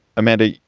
amanda,